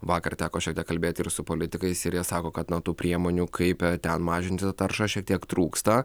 vakar teko šiek tiek kalbėti ir su politikais ir jie sako kad na tų priemonių kaip ten mažinti taršą šiek tiek trūksta